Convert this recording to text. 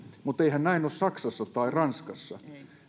mutta eihän näin ole saksassa tai ranskassa